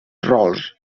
rols